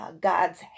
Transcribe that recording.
God's